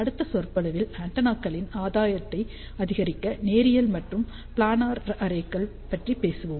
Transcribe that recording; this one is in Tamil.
அடுத்த சொற்பொழிவில் ஆண்டெனாக்களின் ஆதாயத்தை அதிகரிக்க நேரியல் மற்றும் பிளானர் அரே கள் பற்றிப் பேசுவோம்